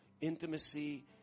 intimacy